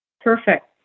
Perfect